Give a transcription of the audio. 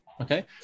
Okay